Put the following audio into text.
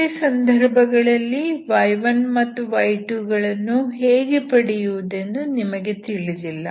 ಬೇರೆ ಸಂದರ್ಭಗಳಲ್ಲಿ y1 ಮತ್ತು y2 ಗಳನ್ನು ಹೇಗೆ ಪಡೆಯುವುದೆಂದು ನಿಮಗೆ ತಿಳಿದಿಲ್ಲ